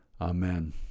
Amen